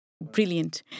Brilliant